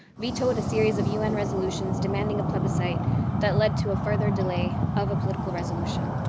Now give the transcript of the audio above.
vetoed a series of un resolutions demanding a plebiscite that led to a further delay of a political resolution.